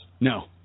No